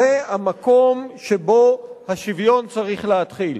זה המקום שבו השוויון צריך להתחיל.